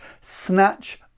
snatch